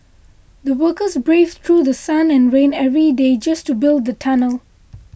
the workers braved through The Sun and rain every day just to build the tunnel